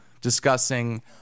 discussing